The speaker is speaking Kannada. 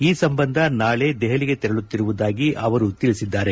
ಈ ಸಂಬಂಧ ನಾಳೆ ದೆಹಲಿಗೆ ತೆರಳುತ್ತಿರುವುದಾಗಿ ಅವರು ತಿಳಿಸಿದ್ದಾರೆ